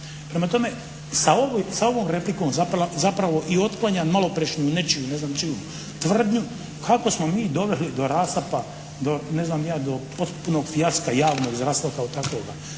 se ne razumije./… zapravo i otklanjam maloprijašnju nečiju, ne znam čiju tvrdnju kako smo mi doveli do rasapa, do ne znam ni ja do potpunog fijaska javnog zdravstva kao takvoga.